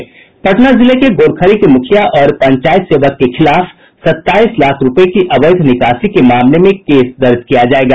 पटना जिले के गोरखरी के मुखिया और पंचायत सेवक के खिलाफ सत्ताईस लाख रूपये की अवैध निकासी के मामले में केस दर्ज किया जायेगा